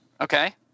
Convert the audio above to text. Okay